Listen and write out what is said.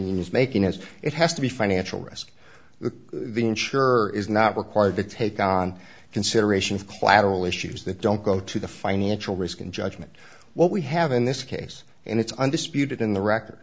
is making is it has to be financial risk the insurer is not required to take on considerations platell issues that don't go to the financial risk in judgment what we have in this case and it's undisputed in the record